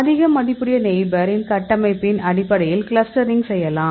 அதிக மதிப்புடைய நெய்பர் இன் கட்டமைப்பின் அடிப்படையில் கிளஸ்டரிங் செய்யலாம்